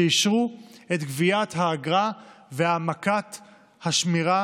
שאישרו את גביית האגרה והעמקת השמירה